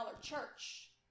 church